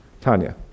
Tanya